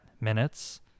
minutes